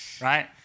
Right